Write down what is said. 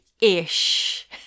Ish